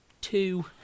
two